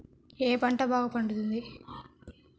ఖరీఫ్లో ఏ పంటలు బాగా పండుతాయి?